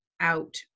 out